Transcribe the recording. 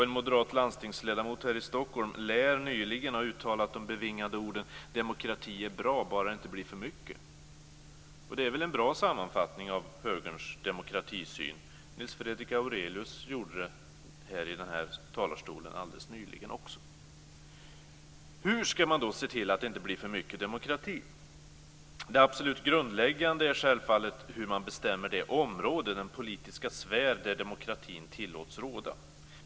En moderat landstingsledamot i Stockholm lär nyligen ha uttalat de bevingade orden: "Demokrati är bra, bara det inte blir för mycket." Det är väl en bra sammanfattning av högerns demokratisyn. Nils Fredrik Aurelius gjorde det alldeles nyligen i talarstolen. Hur ska man se till att det inte blir för mycket demokrati? Det absolut grundläggande är självfallet hur man bestämmer det område, den politiska sfär, där demokratin tillåts råda.